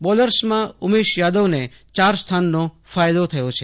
બોલર્સમાં ઉમેશ યાદવને ચાર સ્થાનનો ફાયદો થયો છે